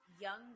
young